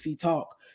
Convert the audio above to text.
talk